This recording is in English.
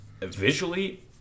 visually